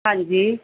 ਹਾਂਜੀ